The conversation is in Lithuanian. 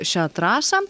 šią trasą